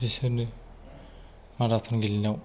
बिसोरनो माराथ'न गेलेनायाव